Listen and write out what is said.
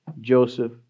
Joseph